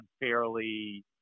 unfairly